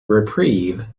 reprieve